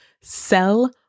sell